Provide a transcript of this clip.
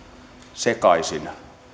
sekaisin